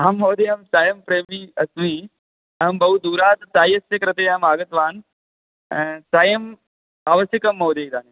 आम् महोदय चायं प्रेमी अस्मि अहं बहुदूरात् चायस्य कृते अहम् आगतवान् चायम् आवश्यकं महोदय इदानीम्